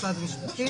משרד המשפטים,